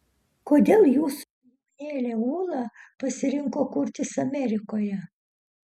kodėl jūsų jaunėlė ūla pasirinko kurtis amerikoje